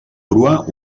crua